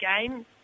game